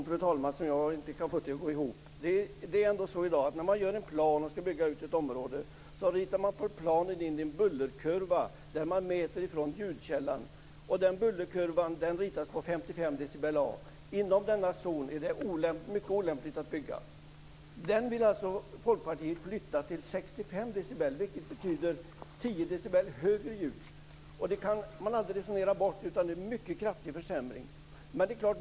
Fru talman! Den ekvationen kan jag inte få att gå ihop. När man gör en plan och skall bygga ut ett område ritar man ju in en bullerkurva. Man mäter från ljudkällan. Bullerkurvan ritas utifrån 55 dB. Inom denna zon är det mycket olämpligt att bygga. Folkpartiet vill alltså ändra till 65 dB, vilket innebär att ljudnivån blir 10 dB högre. Man kan aldrig resonera bort att det skulle vara en mycket kraftig försämring.